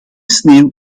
sneeuw